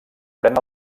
pren